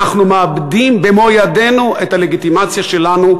אנחנו מאבדים במו-ידינו את הלגיטימציה שלנו,